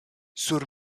sur